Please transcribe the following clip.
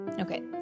Okay